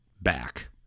back